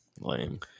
Lame